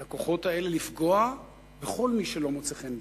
את הכוחות האלה לפגוע בכל מי שלא מוצא חן בעיניהם.